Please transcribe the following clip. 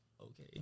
okay